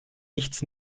nichts